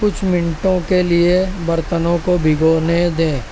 کچھ منٹوں کے لیے برتنوں کو بھگونے دیں